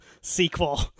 sequel